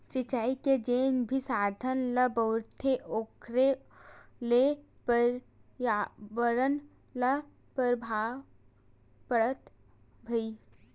सिचई के जेन भी साधन ल बउरथे ओखरो ले परयाबरन ल परभाव परथे भईर